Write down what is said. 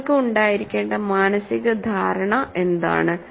നിങ്ങൾക്ക് ഉണ്ടായിരിക്കേണ്ട മാനസിക ധാരണ ഏതാണ്